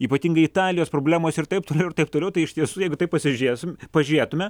ypatingai italijos problemos ir taip toliau ir taip toliau tai iš tiesų jeigu pasižiūrėsim pažiūrėtume